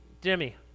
Jimmy